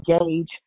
engage